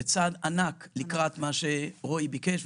זה צעד ענק לקראת מה שרועי ביקש,